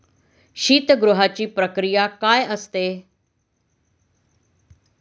शीतगृहाची प्रक्रिया काय असते?